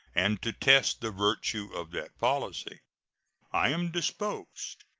and to test the virtue of that policy i am disposed,